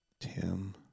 Tim